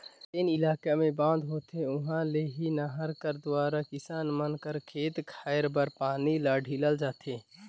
जेन इलाका मे बांध होथे उहा ले ही नहर कर दुवारा किसान मन कर खेत खाएर बर पानी ल ढीलल जाथे